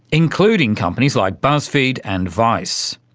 including companies like buzzfeed and vice.